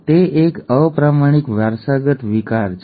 તે એક અપ્રામાણિક વારસાગત વિકાર છે